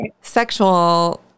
sexual